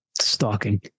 stalking